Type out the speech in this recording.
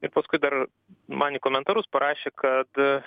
ir paskui dar man į komentarus parašė kad